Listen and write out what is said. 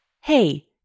Hey